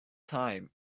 time